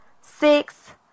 six